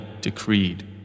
decreed